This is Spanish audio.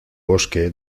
bosque